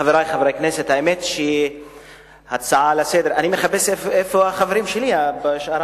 חברי חברי הכנסת, אני מחפש איפה החברים שלי, שאר